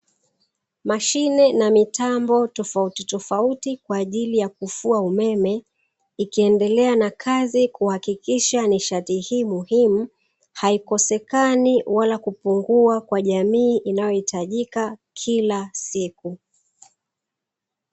Mashine na mitambo tofautitofauti kwaajili ya kufua umeme, ikiendelea na kazi kuhakikisha nishati hii muhimu haikosekani wala kupungua kwa jamii inayohitajika kila siku.